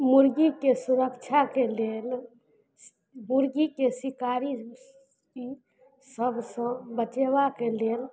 मुर्गीके सुरक्षाके लेल मुर्गीके शिकारी सबसँ बचेबाक लेल